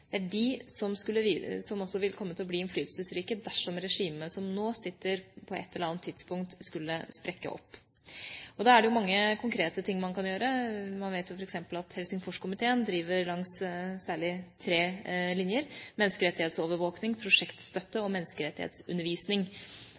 Det er de som også vil komme til å bli innflytelsesrike dersom regimet som nå sitter, på et eller annet tidspunkt skulle sprekke opp. Da er det jo mange konkrete ting man kan gjøre. Man vet jo f.eks. at Helsingforskomiteen driver langs særlig tre linjer: menneskerettighetsovervåkning, prosjektstøtte